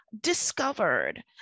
discovered